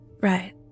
right